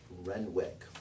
Renwick